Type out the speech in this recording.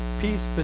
peace